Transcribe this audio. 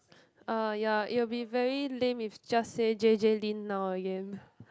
uh ya it will be very lame if just say J_J-Lin now again